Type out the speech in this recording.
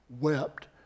wept